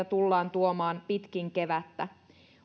tullaan tuomaan pitkin kevättä